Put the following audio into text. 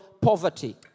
poverty